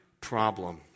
problem